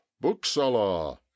bookseller